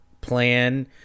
plan